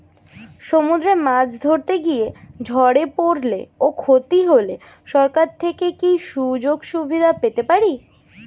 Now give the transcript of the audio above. সমুদ্রে মাছ ধরতে গিয়ে ঝড়ে পরলে ও ক্ষতি হলে সরকার থেকে কি সুযোগ সুবিধা পেতে পারি?